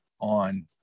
on